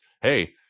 hey